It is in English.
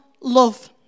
love